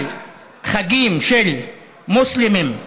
על חגים של מוסלמים,